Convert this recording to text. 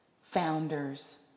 Founders